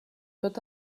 tot